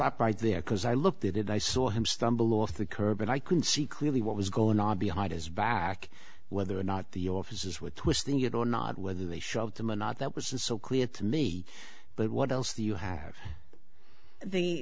right there because i looked at it i saw him stumble off the curb and i can see clearly what was going on behind his back whether or not the officers were twisting it or not whether they shoved him or not that was so clear to me but what else do you have the